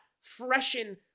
freshen